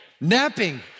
Napping